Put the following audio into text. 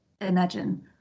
imagine